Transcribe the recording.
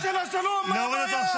רוצח סדרתי של השלום, מה הבעיה?